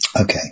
Okay